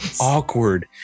awkward